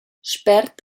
spert